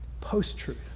Post-truth